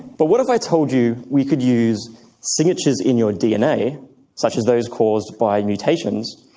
but what if i told you we could use signatures in your dna such as those caused by mutations,